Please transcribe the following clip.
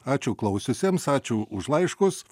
ačiū klausiusiems ačiū už laiškus